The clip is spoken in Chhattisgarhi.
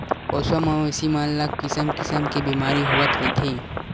पोसवा मवेशी मन ल किसम किसम के बेमारी होवत रहिथे